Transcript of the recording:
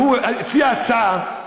אבל הוא הציע הצעה,